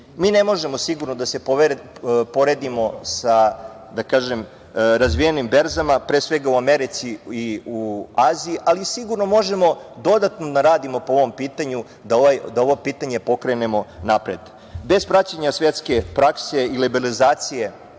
Mi ne možemo sigurno da se poredimo sa razvijenim berzama, pre svega u Americi i u Aziji, ali sigurno možemo dodatno da radimo po ovom pitanju da ovo pitanje pokrenemo napred. Bez praćenja svetske prakse i liberalizacije,